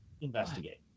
investigate